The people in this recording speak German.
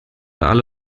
alle